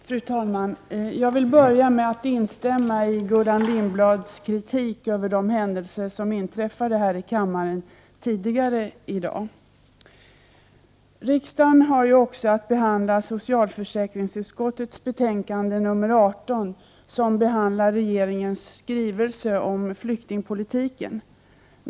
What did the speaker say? Fru talman! Jag vill börja med att instämma i Gullan Lindblads kritik när det gäller de händelser som inträffade här i kammaren tidigare i dag. Riksdagen har att behandla även socialförsäkringsutskottets betänkande nr 18, som gäller regeringens skrivelse om flyktingpolitiken.